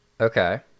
Okay